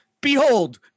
Behold